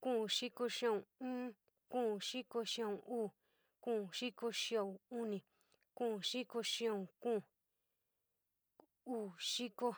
kuun xiko xia'un iin, kuun xiko xia'un uu, kuun xiko xia'un uni, kuun xiko xia'un kuun, uu xiko.